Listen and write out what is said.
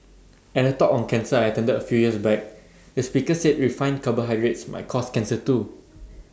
at A talk on cancer I attended A few years back the speaker said refined carbohydrates might cause cancer too